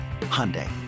Hyundai